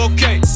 Okay